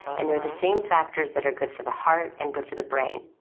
and they are the same factors that are good for the heart and good for the brain.